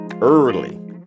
early